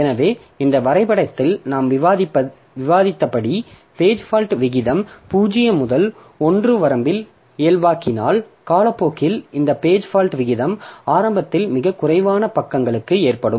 எனவே இந்த வரைபடத்தில் நாம் விவாதித்தபடி பேஜ் ஃபால்ட் விகிதம் 0 முதல் 1 வரம்பில் இயல்பாக்கினால் காலப்போக்கில் இந்த பேஜ் ஃபால்ட் விகிதம் ஆரம்பத்தில் மிகக் குறைவான பக்கங்களுக்கு ஏற்றப்படும்